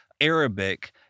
Arabic